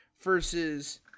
versus